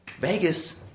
Vegas